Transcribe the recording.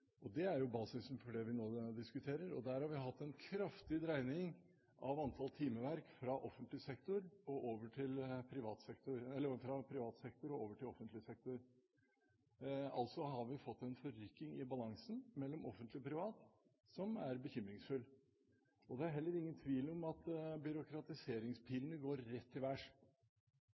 finanskrisen. Det er jo basisen for det vi nå diskuterer. Der har vi hatt en kraftig dreining av antall timeverk fra privat sektor og over til offentlig sektor. Altså har vi fått en forrykking i balansen mellom offentlig og privat, som er bekymringsfullt. Det er heller ingen tvil om at byråkratiseringspilene går rett til